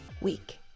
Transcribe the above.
week